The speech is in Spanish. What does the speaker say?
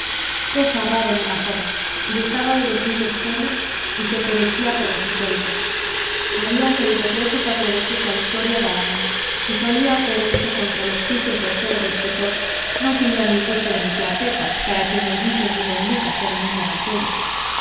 cosa rara en una joven gustaba de los libros serios y se perecía por los históricos había leído tres o cuatro veces la historia de alamán y solía atreverse contra los juicios del célebre escritor no sin gran disgusto de mi tía pepa para quien los dichos de don lucas eran un evangelio